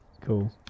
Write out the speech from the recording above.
cool